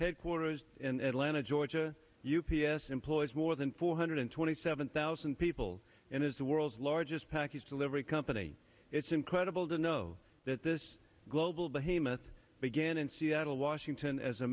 headquarters in atlanta georgia u p s employs more than four hundred twenty seven thousand people and is the world's largest package delivery company it's incredible to know that this global behemoths began in seattle washington as a